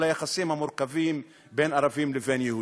היחסים המורכבים בין ערבים ובין יהודים.